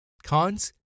Cons